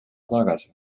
tagasi